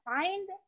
find